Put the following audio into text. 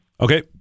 Okay